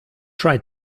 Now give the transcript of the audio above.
try